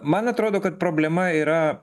man atrodo kad problema yra